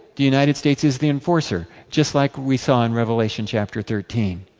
the united states is the enforcer. just like we saw in revelation, chapter thirteen.